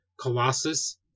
Colossus